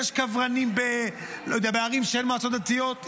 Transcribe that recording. יש קברנים בערים שאין בהן מועצות דתיות?